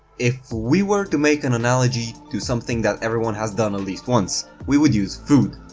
if we were to make an analogy to something that everyone has done at least once, we would use food.